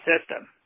system